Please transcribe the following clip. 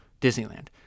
disneyland